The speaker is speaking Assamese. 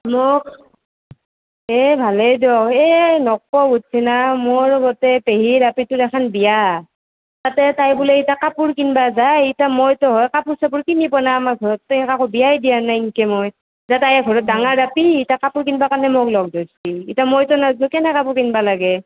মোক এই ভালে দিয়ক এই নকবো বুজিছে না মোৰ গোটেই পেহীৰ আপিটোৰ এখন বিয়া তাতে তাই বোলে ইতা কাপোৰ কিনব যায় ইতা মইতো হয় কাপোৰ চাপোৰ কিনি প নাই আমাৰ ঘৰতটো কাকো বিয়া দিয়া নাই সিনকে মই যে তায়ে ঘৰৰ ডাঙাৰ আপি ইতা কাপোৰ কিনবৰ কাৰনে মোক লগ ধৰ্ছি ইতা মইটো নেজানো কেনে কাপোৰ কিনব লাগে